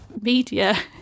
media